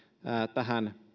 tähän